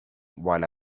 while